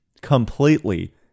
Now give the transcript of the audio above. completely